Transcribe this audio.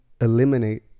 eliminate